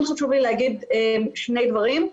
כן חשוב לי להגיד שני דברים.